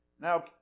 Now